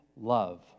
love